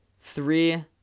three